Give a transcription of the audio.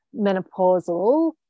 menopausal